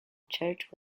church